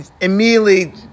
immediately